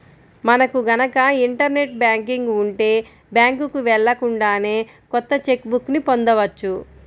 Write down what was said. మనకు గనక internet banking ఉంటే బ్యాంకుకి వెళ్ళకుండానే కొత్త చెక్ బుక్ ని పొందవచ్చు